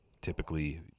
Typically